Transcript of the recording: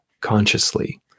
consciously